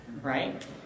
right